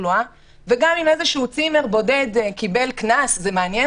וגם אם על איזה צימר בודד הוטל קנס האם מעניין